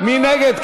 מי נגד?